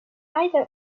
either